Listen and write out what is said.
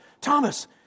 Thomas